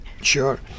Sure